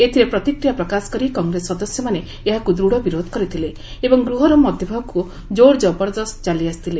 ଏଥିରେ ପ୍ରତିକ୍ରିୟା ପ୍ରକାଶ କରି କଂଗ୍ରେସ ସଦସ୍ୟମାନେ ଏହାକୁ ଦୂଢ଼ ବିରୋଧ କରିଥିଲେ ଏବଂ ଗୃହର ମଧ୍ୟଭାଗକୁ ଜେର୍ଜବରଦସ୍ତ ଚାଲିଆସିଥିଲେ